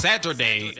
Saturday